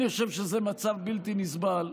אני חושב שזה מצב בלתי נסבל,